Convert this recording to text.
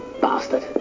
Bastard